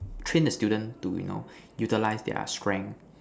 train to student to you know utilise their strength